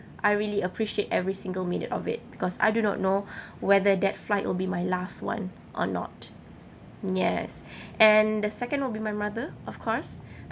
I really appreciate every single minute of it because I do not know whether that flight will be my last [one] or not yes and the second will be my mother of course